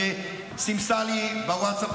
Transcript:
היא סימסה לי בווטסאפ,